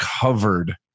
covered